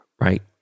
right